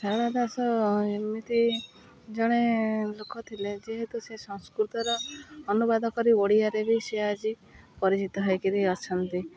ଶାରଳା ଦାସ ଏମିତି ଜଣେ ଲୋକ ଥିଲେ ଯେହେତୁ ସେ ସଂସ୍କୃତର ଅନୁବାଦ କରି ଓଡ଼ିଆରେ ବି ସେ ଆଜି ପରିଚିତ ହେଇ କରି ଅଛନ୍ତି